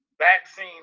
vaccine